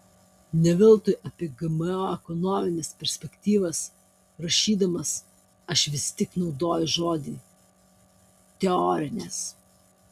ne veltui apie gmo ekonomines perspektyvas rašydamas aš vis tik naudoju žodį teorinės